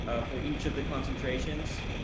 for each of the concentrations,